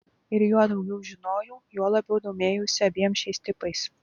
ir juo daugiau žinojau juo labiau domėjausi abiem šiais tipais